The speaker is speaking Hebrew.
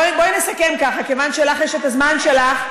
בואי נסכם ככה: מכיוון שלך יש הזמן שלך,